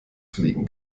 fliegen